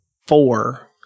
four